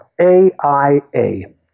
A-I-A